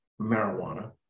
marijuana